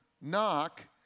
knock